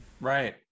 Right